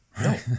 No